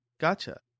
Gotcha